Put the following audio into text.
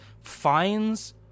finds